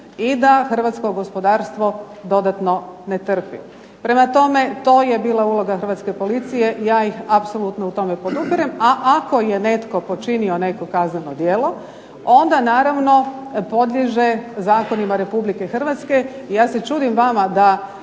i da hrvatsko gospodarstvo dodatno ne trpi. Prema tome, to je bila uloga hrvatske policije, ja ih apsolutno u tome podupirem. A ako je netko počinio neko kazneno djelo onda naravno podliježe zakonima Republike Hrvatske. Ja se čudim vama da